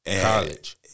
College